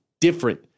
different